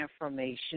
information